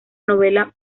novela